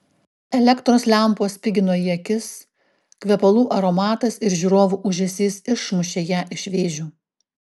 elektros lempos spigino į akis kvepalų aromatas ir žiūrovų ūžesys išmušė ją iš vėžių